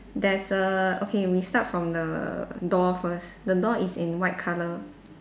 there's a okay we start from the door first the door is in white colour